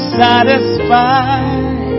satisfied